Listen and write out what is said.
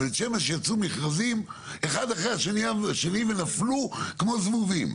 בבית שמש יצאו מכרזים אחד אחרי השני ונפלו כמו זבובים.